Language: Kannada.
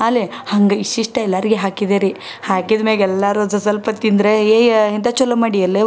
ಆಗ್ಲೆ ಹಂಗೆ ಇಷ್ಟ ಇಷ್ಟ ಎಲ್ಲರಿಗೆ ಹಾಕಿದೆ ರೀ ಹಾಕಿದ ಮ್ಯಾಗ ಎಲ್ಲರೂ ಒಂದು ಸ್ವಲ್ಸ್ವಲ್ಪ ತಿಂದ್ರೆ ಏಯ ಎಂಥ ಚಲೊ ಮಾಡಿಯಲ್ಲೆವ್ವ